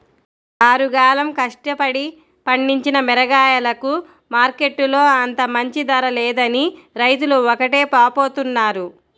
ఆరుగాలం కష్టపడి పండించిన మిరగాయలకు మార్కెట్టులో అంత మంచి ధర లేదని రైతులు ఒకటే వాపోతున్నారు